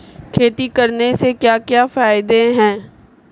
खेती करने से क्या क्या फायदे हैं?